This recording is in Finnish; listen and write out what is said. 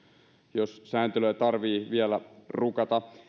jos sääntelyä tarvitsee vielä rukata